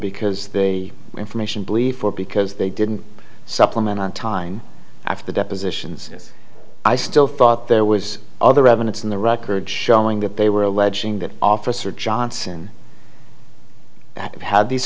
because they were information belief or because they didn't supplement on time after depositions i still thought there was other evidence in the record showing that they were alleging that officer johnson had these